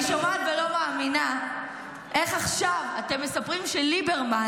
אני שומעת ולא מאמינה איך עכשיו אתם מספרים שליברמן